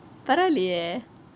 பரவாயிலேயே:paravaaileyeh